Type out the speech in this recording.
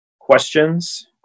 questions